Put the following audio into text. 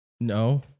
No